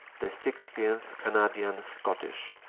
the sixteenth. canadian scottish.